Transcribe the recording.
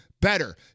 better